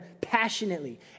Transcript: passionately